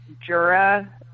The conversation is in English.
jura